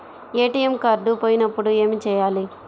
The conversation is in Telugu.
ఏ.టీ.ఎం కార్డు పోయినప్పుడు ఏమి చేయాలి?